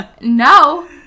No